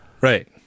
right